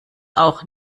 auch